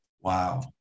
Wow